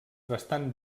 bastant